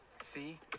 See